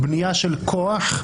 בנייה של כוח,